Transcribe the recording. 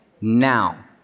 Now